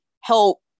help